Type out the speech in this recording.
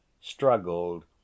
struggled